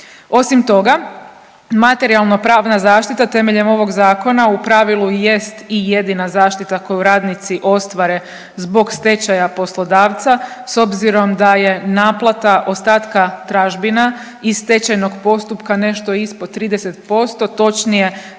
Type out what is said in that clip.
Osim toga materijalno-pravna zaštita temeljem ovog zakona u pravilu i jest i jedina zaštita koju radnici ostvare zbog stečaja poslodavca s obzirom da je naplata ostatka tražbina iz stečajnog postupka nešto ispod 30%, točnije